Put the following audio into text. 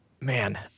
man